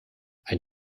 ein